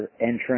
entrance